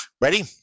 Ready